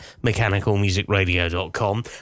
mechanicalmusicradio.com